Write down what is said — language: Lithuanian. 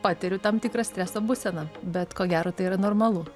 patiriu tam tikra streso būseną bet ko gero tai yra normalu